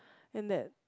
and that